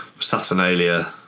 Saturnalia